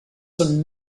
són